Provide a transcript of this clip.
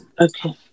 okay